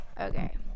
Okay